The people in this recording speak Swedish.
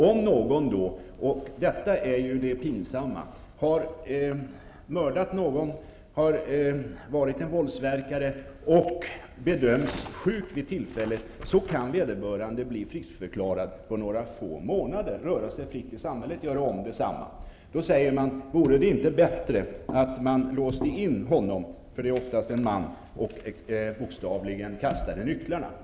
Om någon -- och detta är det pinsamma -- har mördat någon, varit en våldsverkare, och bedömts som sjuk vid tillfället, kan vederbörande bli friskförklarad efter några få månader och få röra sig fritt i samhället och göra om detsamma. Då kan man fråga sig om det inte vore bättre att man låste in honom -- det är ofta en man -- och bokstavligen kastade nycklarna.